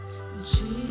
Jesus